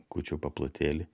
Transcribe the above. kūčių paplotėlį